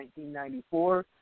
1994